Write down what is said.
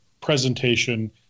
presentation